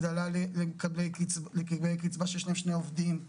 הגדלה למקבלי קצבה שיש להם שני עובדים,